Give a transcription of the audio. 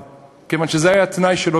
כיוון שזה היה התנאי שלו,